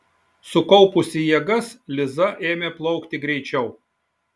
sukaupusi jėgas liza ėmė plaukti greičiau